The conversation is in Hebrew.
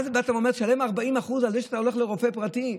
תשלם 40% על זה שאתה הולך לרופא פרטי.